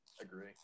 Agree